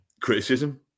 criticism